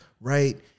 right